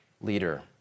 leader